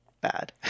bad